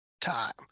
time